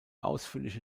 ausführliche